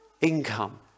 income